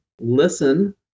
listen